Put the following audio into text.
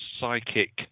psychic